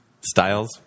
Styles